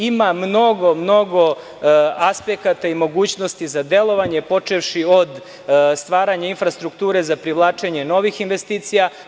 Ima mnogo aspekata i mogućnosti za delovanje, počevši od stvaranja infrastrukture za privlačenje novih investicija.